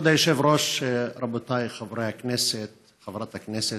כבוד היושב-ראש, רבותיי חברי הכנסת, חברת הכנסת,